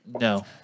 No